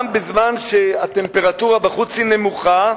גם בזמן שהטמפרטורה בחוץ היא נמוכה,